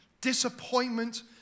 disappointment